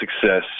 success